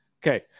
Okay